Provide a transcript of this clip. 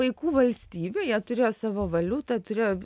vaikų valstybėj jie turėjo savo valiutą turėjo